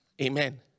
Amen